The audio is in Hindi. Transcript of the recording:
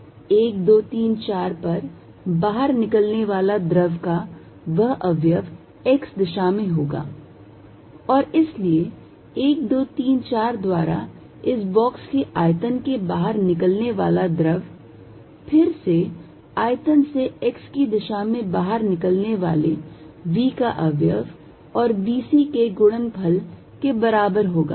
1 2 3 4 पर बाहर निकलने वाला द्रव का वह अवयव x दिशा में होगा और इसलिए 1 2 3 4 द्वारा इस बाक्स के आयतन के बाहर निकलने वाला द्रव फिर से आयतन से x की दिशा में बाहर निकलने वाले v का अवयव और b c के गुणनफल के बराबर होगा